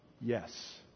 Yes